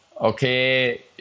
okay